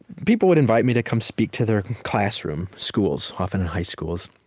people would invite me to come speak to their classroom, schools, often high schools,